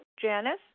Janice